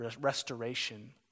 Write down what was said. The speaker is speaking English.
restoration